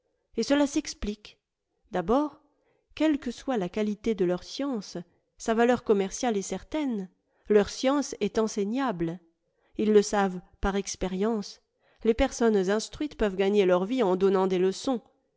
eî cela s'explique d'abord quelle que soit la qualité de leur science sa valeur commerciale est certaine leur science est enseignable ils le savent par expérience les personnes instruites peuvent gagner leur vie en donnant des leçons